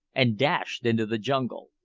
and dashed into the jungle.